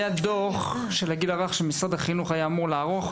היה דוח של הגיל הרך שמשרד החינוך היה אמור לערוך,